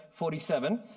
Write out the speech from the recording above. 47